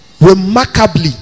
remarkably